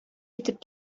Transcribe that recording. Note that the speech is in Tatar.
итеп